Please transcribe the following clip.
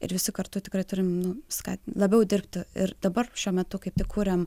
ir visi kartu tikrai turim nu skatin labiau dirbti ir dabar šiuo metu kaip tik kuriam